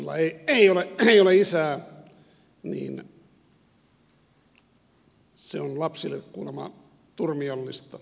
kun lapsilla ei ole isää niin se on lapsille kuulemma turmiollista